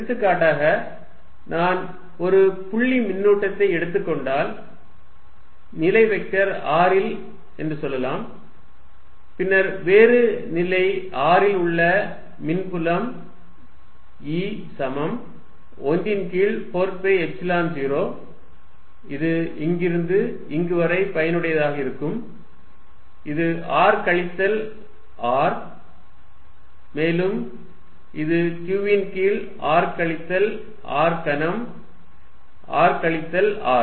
எடுத்துக்காட்டாக நான் ஒரு புள்ளி மின்னூட்டத்தை எடுத்துக் கொண்டால் நிலை வெக்டர் R இல் என்று சொல்லலாம் பின்னர் வேறு நிலை r ல் உள்ள மின்புலம் E சமம் 1 ன் கீழ் 4 பை எப்சிலன் 0 இது இங்கிருந்து இங்கு வரை பயனுடையதாக இருக்கும் இது r கழித்தல் R மேலும் இது q ன் கீழ் r கழித்தல் R கனம் r கழித்தல் R